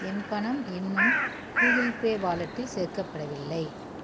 என் பணம் இன்னும் Google Pay வாலெட்டில் சேர்க்கப்படவில்லை